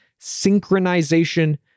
synchronization